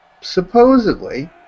supposedly